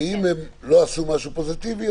ואם הם לא עשו משהו פוזיטיבי,